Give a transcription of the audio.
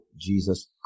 Jesus